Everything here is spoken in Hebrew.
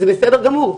זה בסדר גמור,